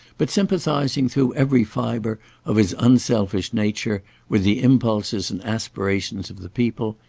but sympathising through every fibre of his unselfish nature with the impulses and aspirations of the people,